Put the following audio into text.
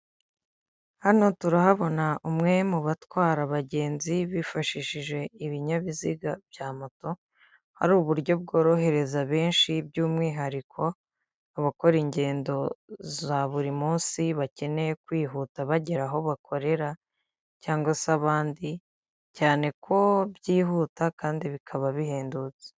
Hano turahabona umwe mu batwara abagenzi bifashishije ibinyabiziga bya moto, hari uburyo bworohereza benshi by'umwihariko abakora ingendo za buri munsi bakeneye kwihuta bagera aho bakorera cyangwa se abandi, cyane ko byihuta kandi bikaba bihendutse.